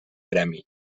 gremi